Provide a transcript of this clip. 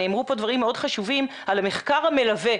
נאמרו פה דברים מאוד חשובים על המחקר המלווה,